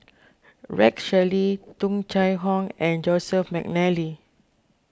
Rex Shelley Tung Chye Hong and Joseph McNally